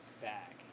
back